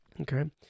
okay